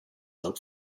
out